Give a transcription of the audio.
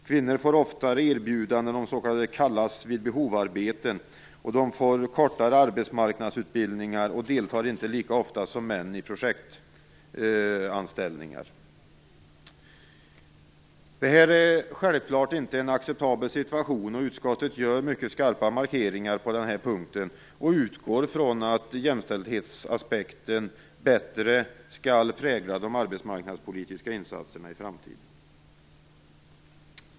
Kvinnor får oftare erbjudanden om s.k. kallas-vid-behovarbeten. De får kortare arbetsmarknadsutbildningar och deltar inte lika ofta som männen i projektanställningar. Detta är självklart inte en acceptabel situation. Utskottet gör mycket skarpa markeringar på den punkten och utgår från att jämställdhetsaspekten bättre skall prägla de arbetsmarknadspolitiska insatserna i framtiden.